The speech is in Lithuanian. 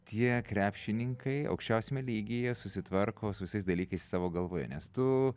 tie krepšininkai aukščiausiame lygyje susitvarko su visais dalykais savo galvoje nes tu